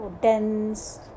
dense